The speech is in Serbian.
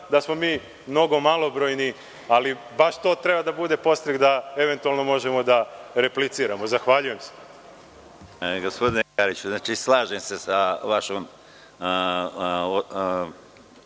da smo mi malobrojni, ali baš to treba da bude podstrek da eventualno možemo da repliciramo. Zahvaljujem se.